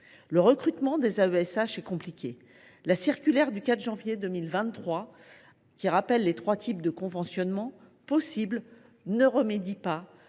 Le recrutement des AESH est complexe. La circulaire du 4 janvier 2023, qui rappelle les trois types de conventionnement possibles, ne remédie pas